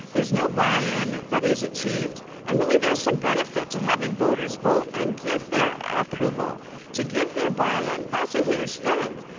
there's no buy-in that is achieved and really there's some benefit to having voters vote and give their approval to give their buy-in. that's a huge thing.